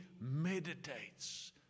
meditates